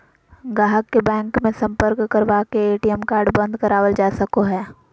गाहक के बैंक मे सम्पर्क करवा के ए.टी.एम कार्ड बंद करावल जा सको हय